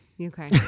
Okay